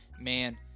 man